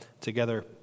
together